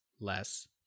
less